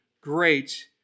great